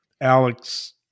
Alex